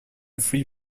free